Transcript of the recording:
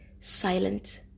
silent